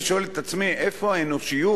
אני שואל את עצמי איפה האנושיות